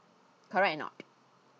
correct or not